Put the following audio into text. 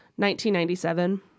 1997